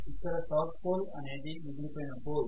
ఇక్కడ south pole అనేది మిగిలిపోయిన పోల్